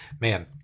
man